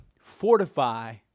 fortify